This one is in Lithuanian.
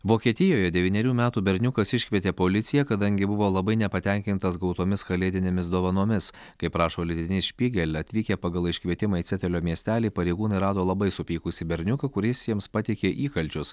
vokietijoje devynerių metų berniukas iškvietė policiją kadangi buvo labai nepatenkintas gautomis kalėdinėmis dovanomis kaip rašo leidinys špygel atvykę pagal iškvietimą į cetelio miestelį pareigūnai rado labai supykusį berniuką kuris jiems pateikė įkalčius